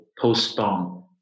postpone